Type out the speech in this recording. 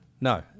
No